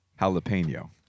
jalapeno